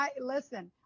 Listen